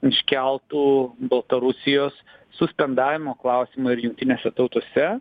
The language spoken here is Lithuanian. iškeltų baltarusijos suspendavimo klausimą ir jungtinėse tautose